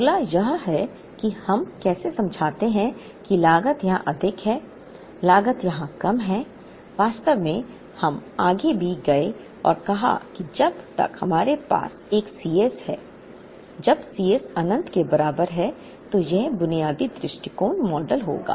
अगला यह है कि हम कैसे समझाते हैं कि लागत यहाँ अधिक है लागत यहाँ कम है वास्तव में हम आगे भी गए और कहा कि जब तक हमारे पास एक C s है जब C s अनंत के बराबर है तो यह बुनियादी दृष्टिकोण मॉडल होगा